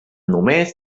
només